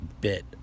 Bit